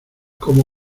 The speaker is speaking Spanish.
como